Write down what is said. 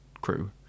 crew